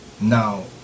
now